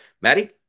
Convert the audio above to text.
Maddie